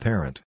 Parent